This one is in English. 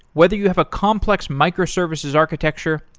whether you have a complex microservices architecture,